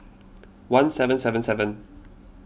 one seven seven seven